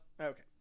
Okay